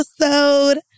episode